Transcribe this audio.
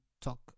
talk